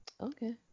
Okay